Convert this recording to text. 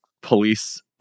police